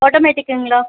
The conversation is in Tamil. ஆட்டோமேட்டிக்குங்களா